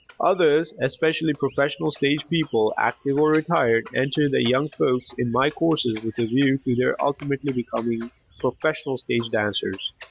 others, especially professional stage people, active or retired, enter their young folks in my courses with a view to their ultimately becoming professional stage dancers.